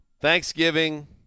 Thanksgiving